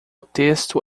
texto